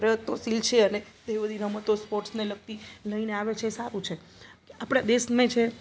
પ્રયત્નશીલ છે અને તે બધી રમતો સ્પોટ્સને લગતી લઈને આવે છે એ સારું છે કે આપણા દેશને છે